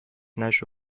نشه